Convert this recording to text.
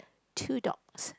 two dogs